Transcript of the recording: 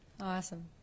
Awesome